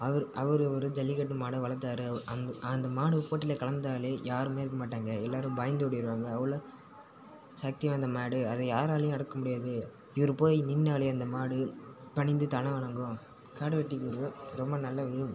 அவர் அவர் ஒரு ஜல்லிக்கட்டு மாடை வளர்த்தாரு அந்த அந்த மாடு போட்டியில் கலந்தால் யாரும் இருக்க மாட்டாங்க எல்லாரும் பயந்து ஓடிடுவாங்க அவ்வளோ சக்தி வாய்ந்த மாடு அதை யாராலேயும் அடக்க முடியாது இவர் போய் நின்றாலே அந்த மாடு பணிந்து தலை வணங்கும் காடுவெட்டி குரு ரொம்ப நல்லவர்